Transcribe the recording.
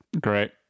Great